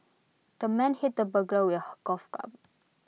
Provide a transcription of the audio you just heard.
the man hit the burglar with golf club